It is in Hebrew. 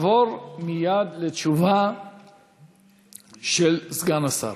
אם לא יהיה, נעבור מייד לתשובה של סגן השר.